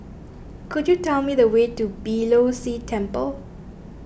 could you tell me the way to Beeh Low See Temple